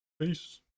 peace